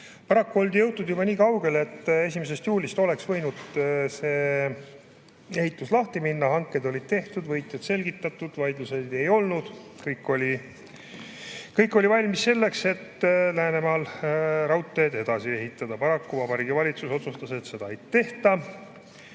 Paraku oldi jõutud juba nii kaugele, et 1. juulist oleks võinud see ehitus lahti minna, hanked olid tehtud, võitjad [välja] selgitatud, vaidlusi ei olnud, kõik oli valmis selleks, et Läänemaal raudteed edasi ehitada. Paraku Vabariigi Valitsus otsustas, et seda ei tehta.